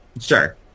Sure